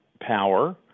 power